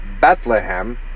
Bethlehem